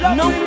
no